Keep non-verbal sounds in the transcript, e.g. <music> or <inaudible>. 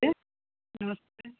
<unintelligible> नमस्ते